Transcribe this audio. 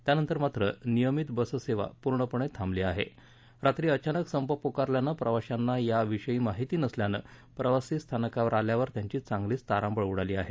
त्यानंतर मात्र नियमित बस सेवा पूर्णपणे थांबली आहे रात्री अचानक संप पुकारल्याने प्रवश्याना या विषयी माहिती नसल्याने प्रवासी स्थानकावर आल्यावर त्यांची चांगलीच तारांबळ उडत आहे